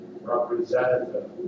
representative